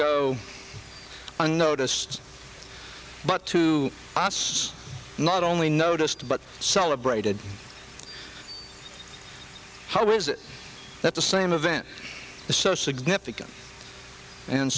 go unnoticed but to us not only noticed but celebrated how is it that the same event the so significant and